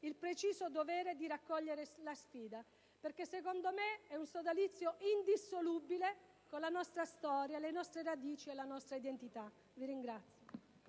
il preciso dovere di raccogliere la sfida, perché secondo me vi è un sodalizio indissolubile con la nostra storia, le nostre radici e la nostra identità. *(Applausi